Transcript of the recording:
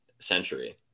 century